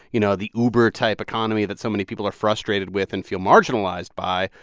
you know, the uber-type economy that so many people are frustrated with and feel marginalized by.